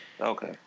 Okay